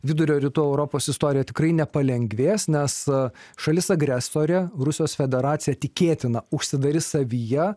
vidurio rytų europos istoriją tikrai nepalengvės nes šalis agresorė rusijos federacija tikėtina užsidarys savyje